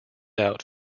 out